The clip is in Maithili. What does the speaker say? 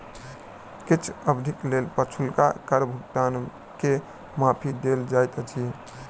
किछ अवधिक लेल पछुलका कर भुगतान के माफी देल जाइत अछि